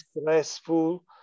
stressful